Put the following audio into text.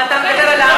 ואתה מדבר על,